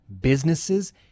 businesses